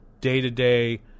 day-to-day